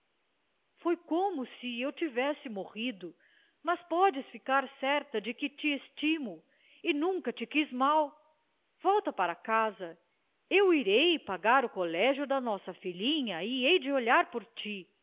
foi como se eu tivesse te morrido mas podes ficar certa de que te estimo e nunca te quis mal volta para casa eu irei pagar o colégio de nossa filhinha e hei de olhar por ti